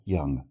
Young